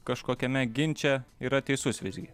kažkokiame ginče yra teisus visgi